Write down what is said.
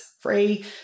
free